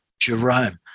Jerome